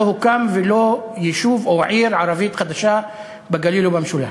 הוקמו יישוב או עיר ערבית חדשה בגליל או במשולש.